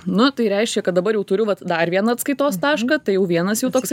nu tai reiškia kad dabar jau turiu vat dar vieną atskaitos tašką tai jau vienas jau toksai